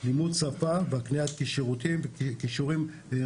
לימוד שפה והקניית כישורים רכים.